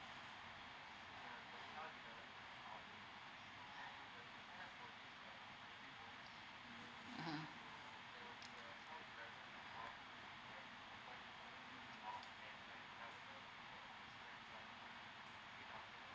mmhmm